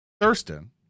thurston